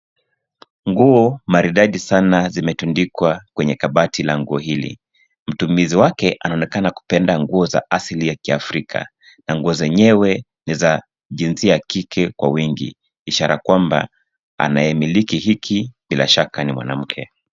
Nguo maridadi sana zimetundikwa kwenye kabati la nguo hili, mtumizi wake anaonekana kupenda nguo za asili za kiafrika na nguo zenyewe ni za jinsia ya kike Kwa wingi ishara kwamba anayamiliki hiki bilashaka ni mwanamke